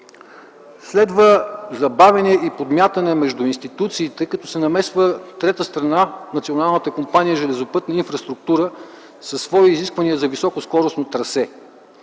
Следва забавяне и подмятане между институциите, като се намесва трета страна – Национална компания „Железопътна инфраструктура”, със свои изисквания за високоскоростно трасе.